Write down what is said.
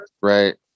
right